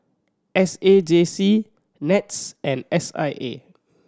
S A J C NETS and S I A